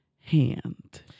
hand